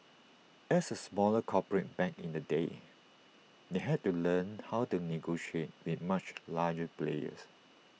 as A smaller corporate back in the day they had to learn how to negotiate with much larger players